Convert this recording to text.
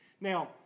Now